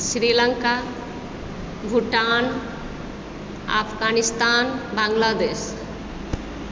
Sri Lanka Bhutan Afghanistan Bangladesh